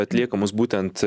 atliekamus būtent